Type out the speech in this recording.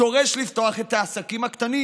דורש לפתוח את העסקים הקטנים.